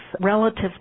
relatively